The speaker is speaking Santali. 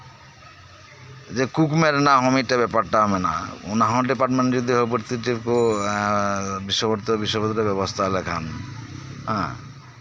ᱨᱤᱠᱩᱨᱴᱢᱮᱱᱴ ᱨᱮᱭᱟᱜ ᱦᱚᱸ ᱢᱤᱫᱴᱮᱱ ᱵᱮᱯᱟᱨ ᱴᱟᱜ ᱢᱮᱱᱟᱜᱼᱟ ᱚᱱᱟ ᱦᱚᱸ ᱰᱤᱯᱟᱨᱴᱢᱮᱱᱴ ᱠᱷᱚᱱᱟᱜ ᱵᱤᱥᱤ ᱵᱷᱟᱨᱚᱛᱤᱭ ᱵᱮᱵᱚᱥᱛᱷᱟ ᱞᱮᱠᱷᱟᱱ